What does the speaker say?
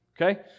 okay